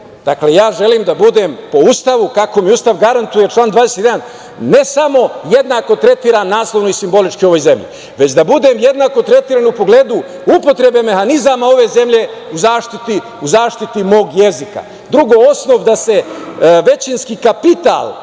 Dakle, ja želim da budem po Ustavu, kako mi Ustav garantuje, član 21, ne samo jednako tretiran, naslovno i simbolički u ovoj zemlji, već da budem jednako tretiran u pogledu upotrebe mehanizama ove zemlje u zaštiti mog jezika. Drugo, osnov da većinski kapital